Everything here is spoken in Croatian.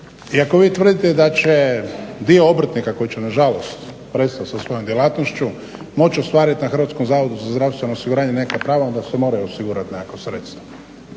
i ako vi tvrdite da će dio obrtnika koji će nažalost prestati sa svojom djelatnošću moći ostvariti na Hrvatskom zavodu za zdravstveno osiguranje nekakva prava onda se moraju osigurati nekakva sredstva.